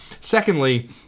Secondly